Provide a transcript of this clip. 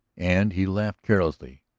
and he laughed carelessly,